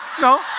no